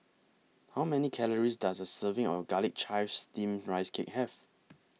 How Many Calories Does A Serving of Garlic Chives Steamed Rice Cake Have